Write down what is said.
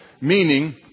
Meaning